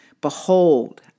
Behold